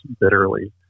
bitterly